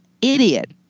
Idiot